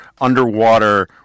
underwater